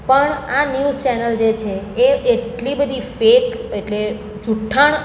પણ આ news channel જે છે એ એટલી બધી ફેક એટલે જુઠ્ઠાણું